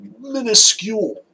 minuscule